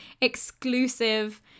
exclusive